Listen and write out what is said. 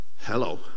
hello